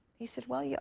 he said, well, yeah